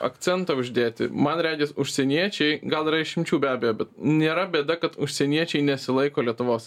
akcentą uždėti man regis užsieniečiai gal yra išimčių be abejo bet nėra bėda kad užsieniečiai nesilaiko lietuvos